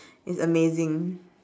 it's amazing